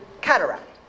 cataract